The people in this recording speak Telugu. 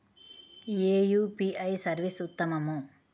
ఏ యూ.పీ.ఐ సర్వీస్ ఉత్తమము?